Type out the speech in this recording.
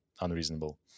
unreasonable